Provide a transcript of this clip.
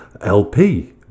lp